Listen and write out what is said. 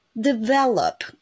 develop